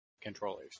controllers